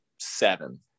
seven